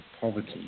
poverty